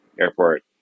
airport